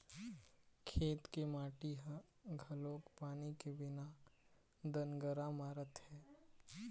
खेत के माटी ह घलोक पानी के बिना दनगरा मारत हे